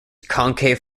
concave